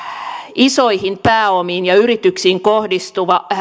isoihin pääomiin ja yrityksiin kohdistuva